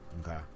Okay